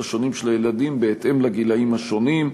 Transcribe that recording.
השונים של הילדים בהתאם לגילים השונים.